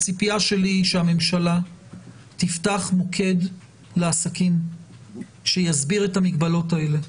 הציפייה שלי היא שהממשלה תפתח מוקד לעסקים שיסביר את המגבלות האלה.